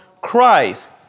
Christ